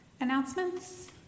announcements